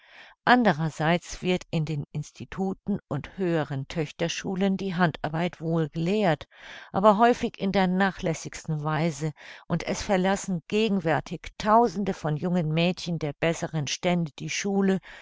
andererseits wird in den instituten und höheren töchterschulen die handarbeit wohl gelehrt aber häufig in der nachlässigsten weise und es verlassen gegenwärtig tausende von jungen mädchen der besseren stände die schule